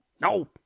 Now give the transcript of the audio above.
No